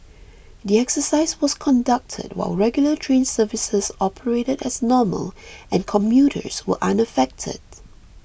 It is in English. the exercise was conducted while regular train services operated as normal and commuters were unaffected